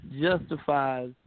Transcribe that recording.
Justifies